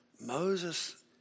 Moses